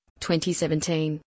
2017